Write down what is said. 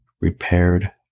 repaired